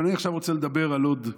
אבל עכשיו אני רוצה לדבר על עוד משהו.